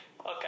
Okay